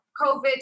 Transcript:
COVID